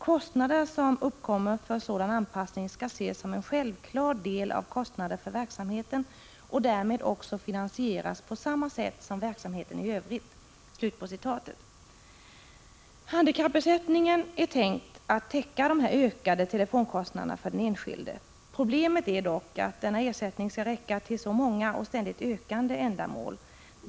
Kostnader som uppkommer för sådan anpassning skall ses som en självklar del av kostnader för verksamheten och därmed också finansieras på samma sätt som verksamheten i övrigt.” Handikappersättningen är tänkt att täcka dessa ökade telefonkostnader för den enskilde. Problemet är dock att denna ersättning skall räcka till så många och ständigt ökande ändamål.